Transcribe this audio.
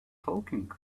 talking